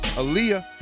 Aaliyah